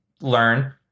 learn